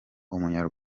umwanya